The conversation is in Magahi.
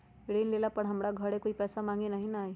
ऋण लेला पर हमरा घरे कोई पैसा मांगे नहीं न आई?